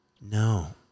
No